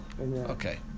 okay